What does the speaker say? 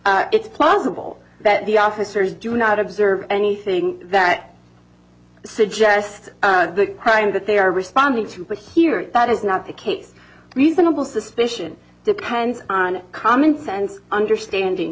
navarette it's possible that the officers do not observe anything that suggests the crime that they are responding to but here that is not the case reasonable suspicion depends on commonsense understanding